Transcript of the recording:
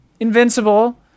invincible